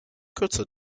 kürzer